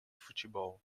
futebol